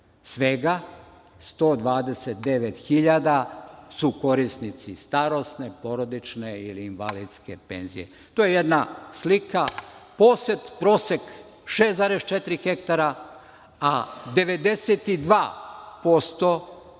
Svega 129.000 su korisnici starosne porodične ili invalidske penzije. To je jedna slika. Posed prosek 6,4 hektara, a 92%